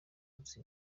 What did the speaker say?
minsi